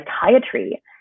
psychiatry